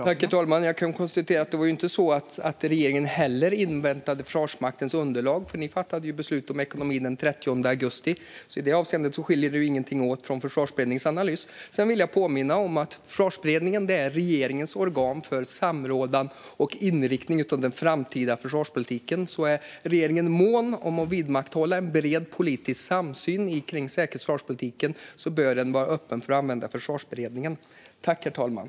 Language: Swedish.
Herr talman! Jag kan konstatera att det ju inte var så att regeringen inväntade Försvarsmaktens underlag. Ni fattade beslut om ekonomin den 30 augusti, så i det avseendet skiljer det ingenting från Försvarsberedningens analys. Sedan vill jag påminna om att Försvarsberedningen är regeringens organ för samråd om och inriktning av den framtida försvarspolitiken. Är regeringen mån om att vidmakthålla en bred politisk samsyn kring säkerhets och försvarspolitiken bör den alltså vara öppen för att använda Försvarsberedningen.